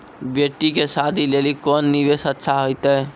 बेटी के शादी लेली कोंन निवेश अच्छा होइतै?